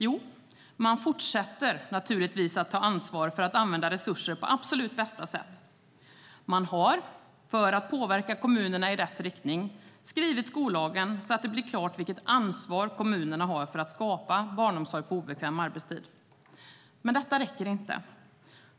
Jo, man fortsätter naturligtvis att ta ansvar för att använda resurser på absolut bästa sätt. Man har för att påverka kommunerna i rätt riktning skrivit skollagen så att det blir klart vilket ansvar kommunerna har för att skapa barnomsorg på obekväm arbetstid. Men detta räcker inte.